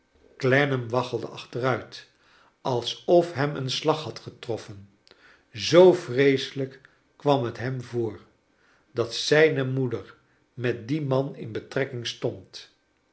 clennam waggelde achteruit alsof hem een slag had getroffen zoo vreeselgk kwam het hem voor dat zijne moeder met dien man in betrekking stond